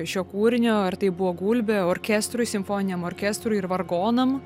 šio kūrinio ir tai buvo gulbė orkestrui simfoniniam orkestrui ir vargonam